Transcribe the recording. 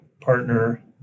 partner